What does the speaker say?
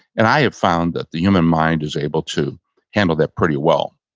and i have found that the human mind is able to handle that pretty well.